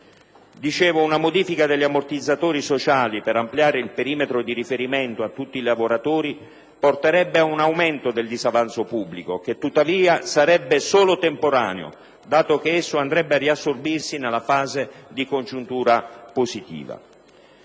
Una modifica degli ammortizzatori sociali per ampliare il perimetro di riferimento a tutti i lavoratori porterebbe ad un aumento del disavanzo pubblico, che tuttavia sarebbe solo temporaneo, dato che andrebbe a riassorbirsi nella fase di congiuntura positiva.